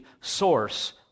source